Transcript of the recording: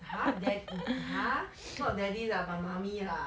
!huh! dad !huh! not daddy lah but mummy lah